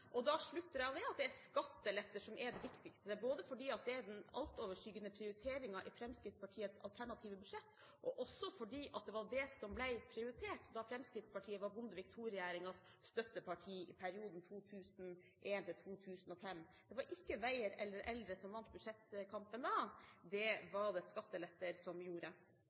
spørsmålet. Da slutter jeg av det at det er skattelette som er det viktigste, både fordi det er den altoverskyggende prioriteringen i Fremskrittspartiets alternative budsjett, og også fordi det var det som ble prioritert da Fremskrittspartiet var Bondevik II-regjeringens støtteparti i perioden 2001–2005. Det var ikke veier eller eldre som vant budsjettkampen da, det var det skattelette som gjorde.